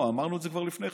אמרנו את זה כבר לפני כן.